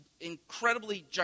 incredibly